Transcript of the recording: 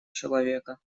человека